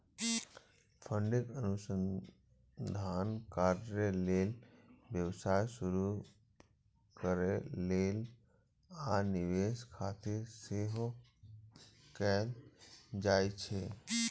funding अनुसंधान कार्य लेल, व्यवसाय शुरू करै लेल, आ निवेश खातिर सेहो कैल जाइ छै